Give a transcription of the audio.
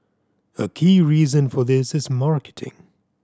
a key reason for this is marketing